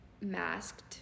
masked